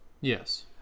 Yes